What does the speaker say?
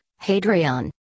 Hadrian